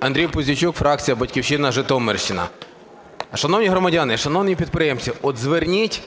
Андрій Пузійчук, фракція "Батьківщина", Житомирщина. Шановні громадяни, шановні підприємці, зверніть